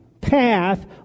path